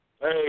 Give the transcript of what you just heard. Hey